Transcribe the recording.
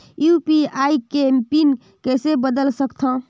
UPI के PIN कइसे बदल सकथव?